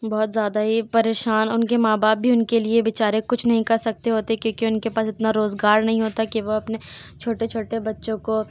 بہت زیادہ ہی پریشان ان کے ماں باپ بھی ان کے لیے بے چارے کچھ نہیں کر سکتے ہوتے کیونکہ ان کے پاس اتنا روزگار نہیں ہوتا کہ وہ اپنے چھوٹے چھوٹے بچوں کو